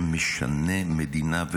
שמשנה מדינה,